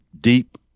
deep